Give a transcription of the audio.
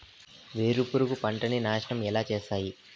వేరుపురుగు పంటలని నాశనం ఎలా చేస్తాయి?